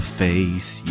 face